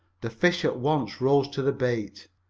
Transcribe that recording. the fish at once rose to the bait,